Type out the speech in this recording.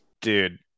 Dude